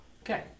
Okay